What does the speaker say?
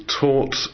taught